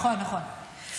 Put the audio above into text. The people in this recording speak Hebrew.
נכון, נכון.